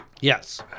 Yes